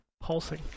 pulsing